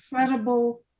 incredible